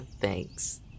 thanks